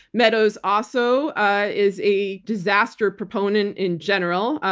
meadows also is a disaster proponent in general,